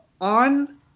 on